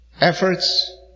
efforts